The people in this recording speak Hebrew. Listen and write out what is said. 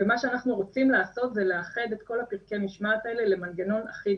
מה שאנחנו רוצים לעשות זה לאחד את כל פרקי המשמעת האלה למנגנון אחיד,